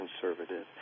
conservative